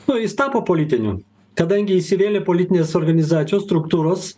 nu jis tapo politiniu kadangi įsivėlė politinės organizacijos struktūros